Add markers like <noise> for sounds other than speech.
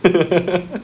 <laughs>